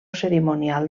cerimonial